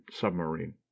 submarine